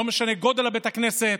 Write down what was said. לא משנה גודל בית הכנסת,